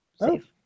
safe